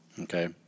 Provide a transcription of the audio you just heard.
okay